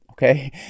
Okay